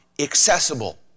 accessible